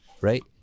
right